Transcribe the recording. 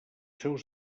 seus